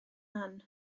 ann